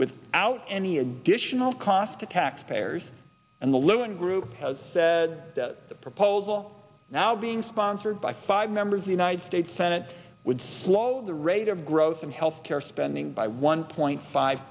with out any additional cost to taxpayers and the lewin group has said the proposal now being sponsored by five members the united states senate would slow the rate of growth in health care spending by one point five